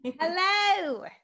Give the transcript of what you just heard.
Hello